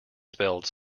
spelled